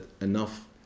enough